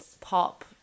pop